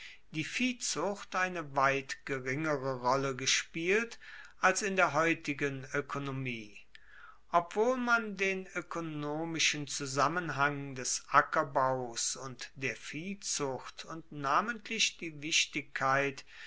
die viehzucht eine weit geringere rolle gespielt als in der heutigen oekonomie obwohl man den oekonomischen zusammenhang des ackerbaus und der viehzucht und namentlich die wichtigkeit